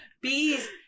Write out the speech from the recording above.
Bees